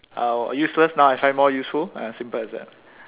uh useless now I find more useful ah simple as that